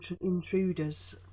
intruders